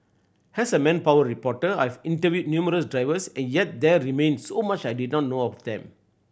as a manpower reporter I've interviewed numerous drivers a yet there remained so much I did not know of them